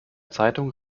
zeitung